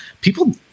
people